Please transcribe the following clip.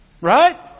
Right